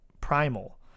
Primal